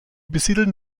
besiedelten